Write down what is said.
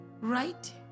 Right